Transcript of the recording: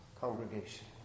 congregation